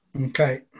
Okay